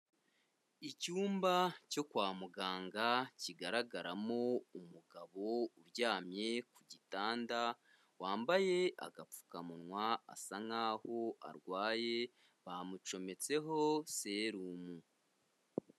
Icyumba cyo kwa muganga, kigaragaramo umugabo uryamye ku gitanda, wambaye agapfukamunwa, asa nkaho arwaye, bamucometseho serumu.